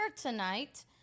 tonight